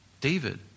David